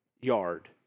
yard